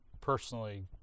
personally